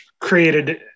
created